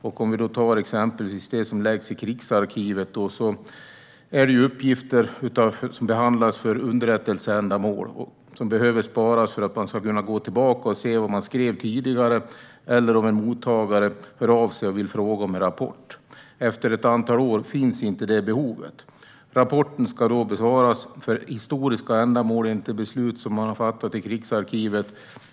Vad gäller till exempel det som läggs i Krigsarkivet är det uppgifter som behandlas för underrättelseändamål och som behöver sparas för att man ska kunna gå tillbaka och se vad som skrevs tidigare. Det kan också handla om att en mottagare hör av sig och vill fråga om en rapport. Efter ett antal år finns inte det behovet. Rapporten ska då bevaras för historiska ändamål enligt det beslut som har fattats i Krigsarkivet.